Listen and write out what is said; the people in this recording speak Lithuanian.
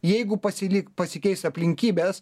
jeigu pasilik pasikeis aplinkybės